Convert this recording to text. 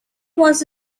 was